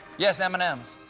yeah, m and m's?